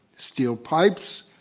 steel pipes,